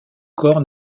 corps